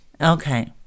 okay